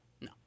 no